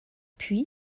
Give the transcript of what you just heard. puis